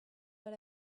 but